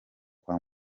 kwa